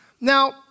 Now